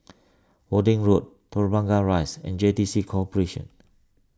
Worthing Road Telok Blangah Rise and J T C Corporation